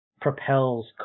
propels